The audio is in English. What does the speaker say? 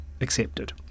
accepted